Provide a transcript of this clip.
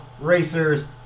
racers